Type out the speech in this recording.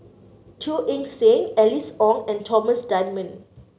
Teo Eng Seng Alice Ong and Thomas Dunman